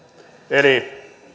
eli